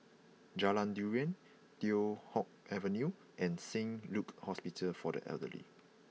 Jalan Durian Teow Hock Avenue and Saint Luke's Hospital for the Elderly